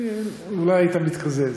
אולי היית מתקזז.